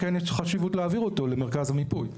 יש חשיבות להעביר אותו למרכז המיפוי.